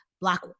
black